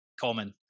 common